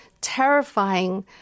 terrifying